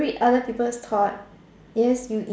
you read other people's thought yes you